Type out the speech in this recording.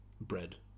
Bread